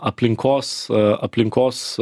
aplinkos aplinkos